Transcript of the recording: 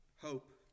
hope